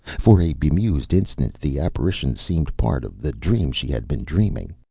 for a bemused instant the apparition seemed part of the dream she had been dreaming.